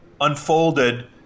unfolded